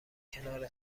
کنار